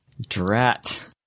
Drat